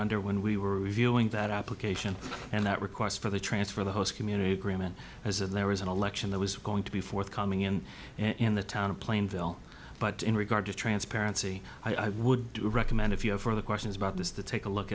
under when we were reviewing that application and that requests for the transfer the host community agreement as there was an election that was going to be forthcoming in in the town of plainville but in regard to transparency i would recommend if you have further questions about this to take a look